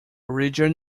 region